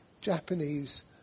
Japanese